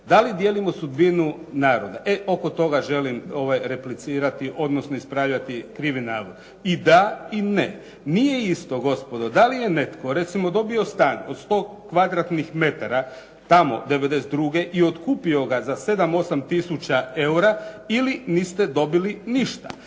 Da li dijelimo sudbinu naroda? E oko toga želim replicirati, odnosno ispravljati krivi navod. I da i ne. Nije isto gospodo da li je netko, recimo dobio stan od 100 kvadratnih metara tamo '92. i otkupio ga za 7, 8 tisuća eura ili niste dobili ništa.